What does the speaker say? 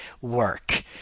work